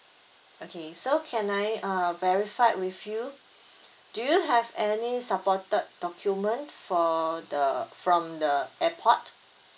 okay so can I uh verify with you do you have any supported document for the from the airport